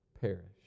perish